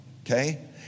Okay